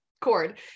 cord